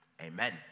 amen